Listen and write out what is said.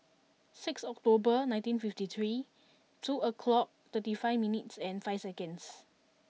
six October nineteen fifty three two o'clock thirty five minutes and five seconds